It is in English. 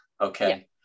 Okay